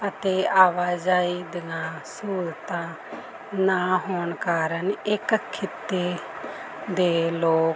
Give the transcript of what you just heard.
ਅਤੇ ਆਵਾਜਾਈ ਦੀਆਂ ਸਹੂਲਤਾਂ ਨਾ ਹੋਣ ਕਾਰਨ ਇੱਕ ਖਿੱਤੇ ਦੇ ਲੋ